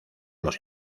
los